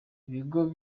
ibigo